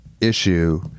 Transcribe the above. issue